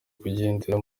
kugendera